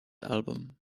album